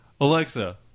Alexa